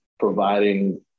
Providing